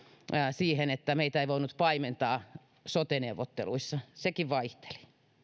siihen että meitä ei voinut paimentaa sote neuvotteluissa sekin vaihteli